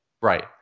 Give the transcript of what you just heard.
Right